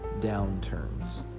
downturns